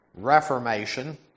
Reformation